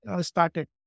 started